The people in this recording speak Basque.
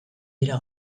dira